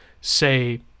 say